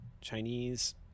Chinese